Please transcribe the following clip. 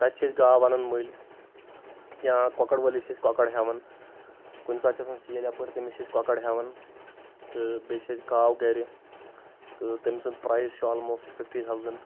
تَتہِ چھِ أسۍ گاو انان مٔلۍ یا کۄکر وٲلِس چھِ أسۍ کۄکر ہیٚوان کُنہِ ساتہٕ چھِ آسان سیل یپٲرۍ تٔمس چھِ أسۍ کۄکر ہیوٚان تہٕ بیٚیہِ چھِ اسہِ گاو گرِ تہٕ تٔمۍ سُنٛد پرایز چھُ آلموسٹ فِفٹی تھاوزنڈ